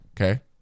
Okay